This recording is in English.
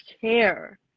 care